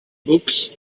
books